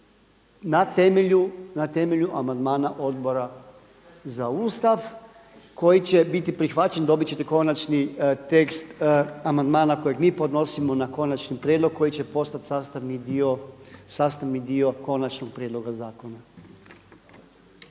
na temelju amandmana Odbora za Ustav koji će biti prihvaćen. Dobit ćete konačni tekst amandmana kojeg mi podnosimo na konačni prijedlog koji će postati sastavni dio konačnog prijedloga zakona.